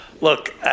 Look